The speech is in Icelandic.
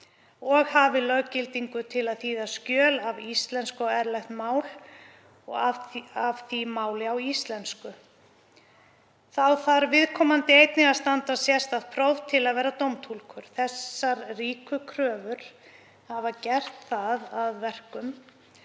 og hafi löggildingu til að þýða skjöl af íslensku á erlent mál og af því máli á íslensku. Þá þarf viðkomandi einnig að standast sérstakt próf til að verða dómtúlkur. Þessar ríku kröfur hafa gert það að verkum